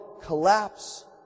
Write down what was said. collapse